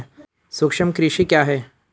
सूक्ष्म कृषि क्या है?